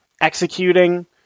executing